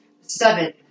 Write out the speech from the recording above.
Seven